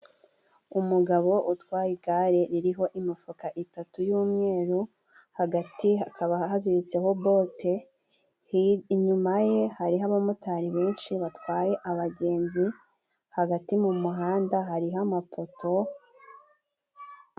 Umugabo utwaye igare riho imifuka itatu y'umweru, hagati hakaba haziritseho bote. Inyuma ye, hariho abamotari benshi batwaye abagenzi, hagati mu umuhanda hariho amapoto.